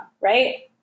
right